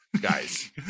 guys